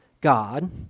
God